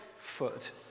foot